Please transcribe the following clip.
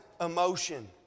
emotion